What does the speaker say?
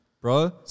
Bro